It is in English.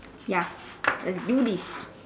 ya let's do this